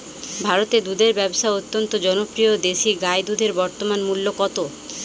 ভারতে দুধের ব্যাবসা অত্যন্ত জনপ্রিয় দেশি গাই দুধের বর্তমান মূল্য কত?